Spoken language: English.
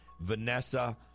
Vanessa